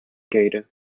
gaeta